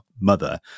Mother